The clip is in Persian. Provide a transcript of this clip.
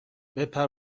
بپر